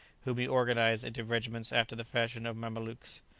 whom he organized into regiments after the fashion of mamelukes.